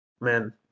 man